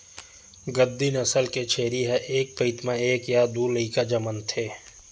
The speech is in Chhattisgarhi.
गद्दी नसल के छेरी ह एक पइत म एक य दू लइका जनमथे